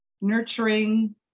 nurturing